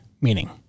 meaning